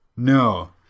No